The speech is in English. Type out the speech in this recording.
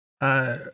I